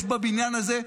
יש בבניין הזה,